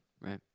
Right